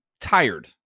tired